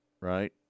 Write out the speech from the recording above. right